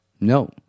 No